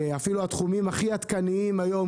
אפילו התחומים הכי עדכניים היום,